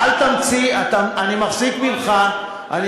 אל תמציא, אני מחזיק ממך, יש פרוטוקולים.